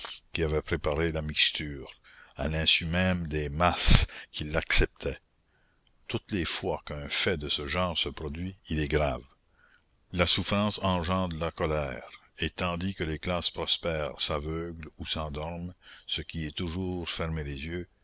qui avaient préparé la mixture à l'insu même des masses qui l'acceptaient toutes les fois qu'un fait de ce genre se produit il est grave la souffrance engendre la colère et tandis que les classes prospères s'aveuglent ou s'endorment ce qui est toujours fermer les yeux